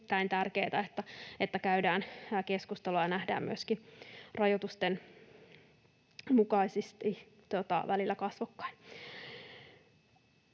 On erittäin tärkeätä, että käydään keskustelua ja nähdään rajoitusten mukaisesti välillä myöskin